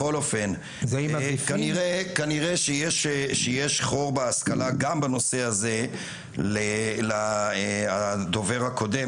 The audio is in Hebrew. בכל אופן כנראה שיש חור בהשכלה גם בנושא הזה לדובר הקודם,